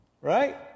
Right